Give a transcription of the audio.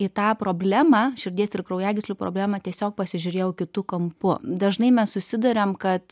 į tą problemą širdies ir kraujagyslių problemą tiesiog pasižiūrėjau kitu kampu dažnai mes susiduriam kad